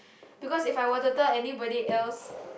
because If I were to tell anybody else